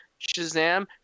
shazam